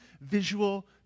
visual